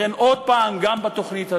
לכן, עוד הפעם, גם בתוכנית הזאת.